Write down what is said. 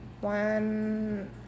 One